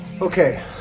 Okay